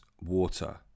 water